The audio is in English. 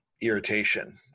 irritation